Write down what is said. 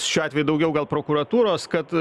šiuo atveju daugiau gal prokuratūros kad